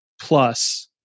plus